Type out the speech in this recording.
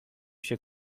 się